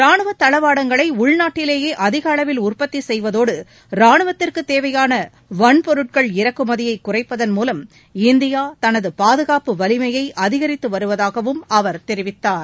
ரானுவத் தளவாடங்களை உள்நாட்டிலேயே அதிகளவில் உற்பத்தி செய்வதோடு ரானுவத்திற்குத் தேவையான வன்பொருட்கள் இறக்குமதியைக் குறைப்பதன் மூலம் இந்தியா தனது பாதுகாப்பு வலிமையை அதிகரித்து வருவதாகவும் அவர் தெரிவித்தார்